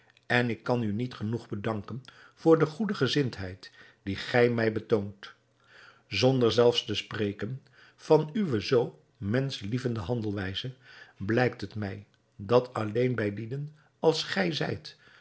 en ik kan u niet genoeg bedanken voor de goede gezindheid die gij mij betoont zonder zelfs te spreken van uwe zoo menschlievende handelwijze blijkt het mij dat alleen bij lieden als gij zijt